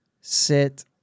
sit